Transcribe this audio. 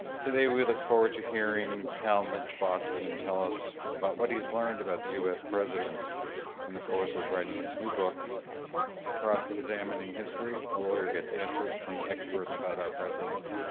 today we look forward to hearing talmage boston tell us about what he's learned about the us presidents in the course of writing his new book cross-examining history a lawyer gets answers from experts about our presidents.